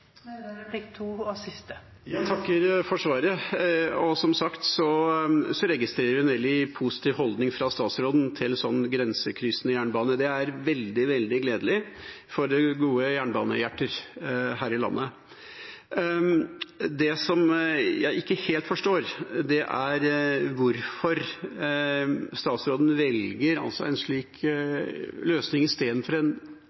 for svaret. Som sagt registrerer jeg en veldig positiv holdning fra statsråden til en sånn grensekryssende jernbane. Det er veldig, veldig gledelig for gode jernbanehjerter her i landet. Det som jeg ikke helt forstår, er hvorfor statsråden velger en slik løsning istedenfor en,